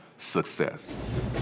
success